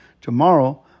tomorrow